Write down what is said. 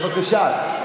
בבקשה.